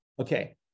Okay